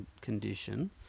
condition